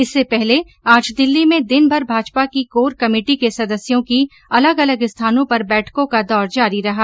इससे पहले आज दिल्ली में दिनभर भाजपा की कोर कमेटी के सदस्यों की अलग अलग स्थानों पर बैठकों का दौर जारी रहा